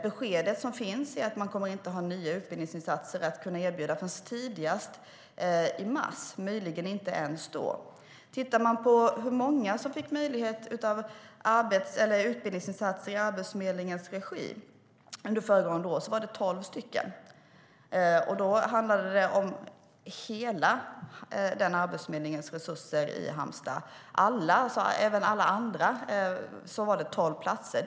Det besked som finns är att man inte kommer att kunna erbjuda några nya utbildningsinsatser förrän tidigast i mars, och möjligen inte ens då. Om man tittar på hur många som fick möjlighet till utbildningsinsatser i Arbetsförmedlingen regi under föregående år ser man att det var tolv stycken. Då handlade det om hela Arbetsförmedlingens resurser i Halmstad; även för alla andra var det alltså tolv platser.